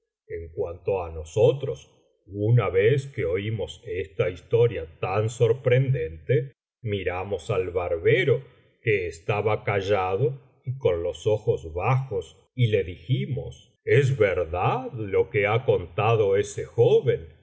en cuanto á nosotros una vez que oímos esta historia tan sorprendente miramos al barbero que estaba callado y con los ojos bajos y le dijimos es verdad lo que ha contado ese joven